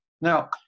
Now